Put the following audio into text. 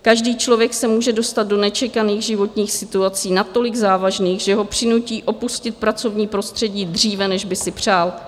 Každý člověk se může dostat do nečekaných životních situací natolik závažných, že ho přinutí opustit pracovní prostředí dříve, než by si přál.